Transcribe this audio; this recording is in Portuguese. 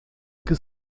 que